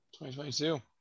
2022